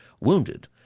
wounded